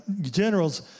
generals